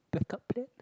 back up plan